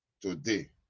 today